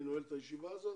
אני נועל את הישיבה הזאת.